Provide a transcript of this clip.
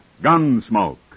Gunsmoke